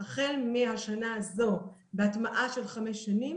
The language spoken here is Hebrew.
החל מהשנה הזו ובהטמעה של חמש שנים,